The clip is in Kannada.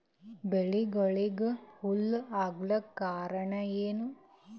ಬೆಳಿಗೊಳಿಗ ಹುಳ ಆಲಕ್ಕ ಕಾರಣಯೇನು?